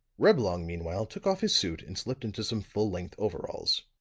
reblong meanwhile took off his suit and slipped into some full-length overalls.